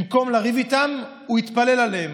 במקום לריב איתם הוא התפלל עליהם.